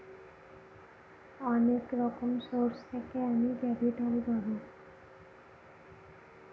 অনেক রকম সোর্স থেকে আমি ক্যাপিটাল পাবো